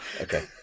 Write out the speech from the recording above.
okay